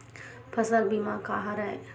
फसल बीमा का हरय?